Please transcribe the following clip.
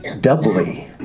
doubly